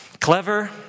clever